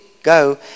Go